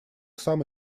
сам